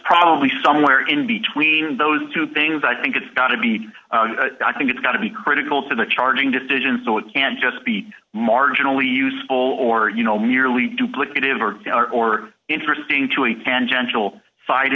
probably somewhere in between those two things i think it's got to be i think it's got to be critical to the charging decision so it can't just be marginally useful or you know merely duplicative or or interesting